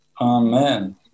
Amen